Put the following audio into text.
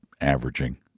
averaging